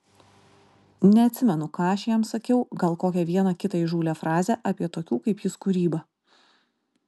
neatsimenu ką aš jam sakiau gal kokią vieną kitą įžūlią frazę apie tokių kaip jis kūrybą